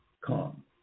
calm